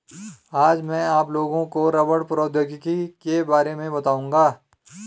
आज मैं आप लोगों को रबड़ प्रौद्योगिकी के बारे में बताउंगा